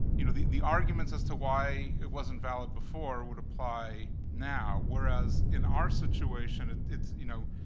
you know, the the arguments as to why it wasn't valid before would apply now, whereas in our situation, it's, you know,